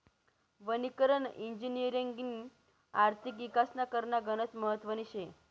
वनीकरण इजिनिअरिंगनी आर्थिक इकासना करता गनच महत्वनी शे